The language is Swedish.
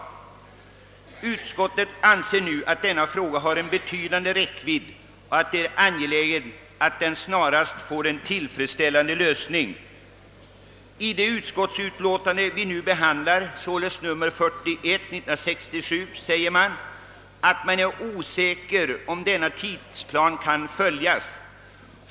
Utskottet anser ... att frågan om beskattningen av bensin, som används för drift av motorsågar, har en betydande räckvidd och att det är angeläget att den snarast får en tillfredsställande lösning.» I det utlåtande vi nu har att behandla, således nr 1967: 41, säger utskottet att man är osäker om denna tidsplan kan följas.